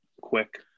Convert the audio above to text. quick